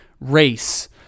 race